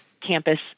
campus